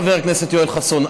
חבר הכנסת יואל חסון,